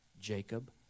Jacob